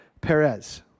Perez